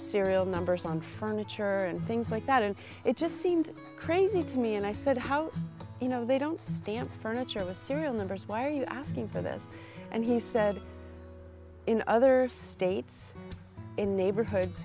serial numbers on furniture and things like that and it just seemed crazy to me and i said how do you know they don't stamp furniture with serial numbers why are you asking for this and he said in other states in neighborhoods